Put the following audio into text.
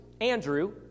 Andrew